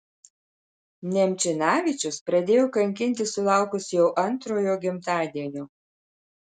nemčinavičius pradėjo kankinti sulaukus jo antrojo gimtadienio